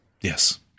yes